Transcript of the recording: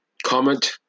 comment